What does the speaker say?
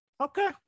Okay